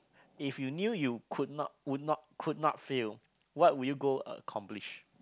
if you knew you could not would not could not failed what would you go uh accomplish